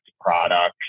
products